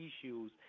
issues